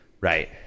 right